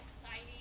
exciting